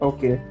Okay